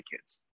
kids